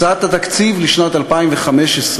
הצעת התקציב לשנת 2015,